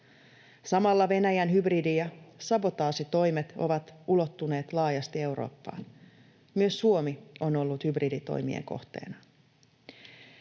Samalla Venäjän hybridi‑ ja sabotaasitoimet ovat ulottuneet laajasti Eurooppaan. Myös Suomi on ollut hybriditoimien kohteena.